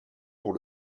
pour